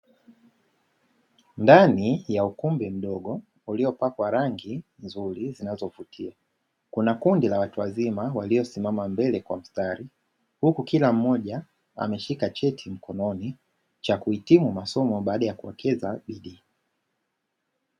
Ndani ya ukumbi mdogo uliopakwa rangi nzuri zinazovutia, kuna kundi la watu wazima waliosimama mbele kwa mstari, huku kila mmoja ameshika cheti mkononi cha kuhitimu masomo baada ya kuwekeza bidii.